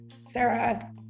Sarah